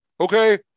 Okay